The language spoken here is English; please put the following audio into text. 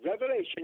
Revelation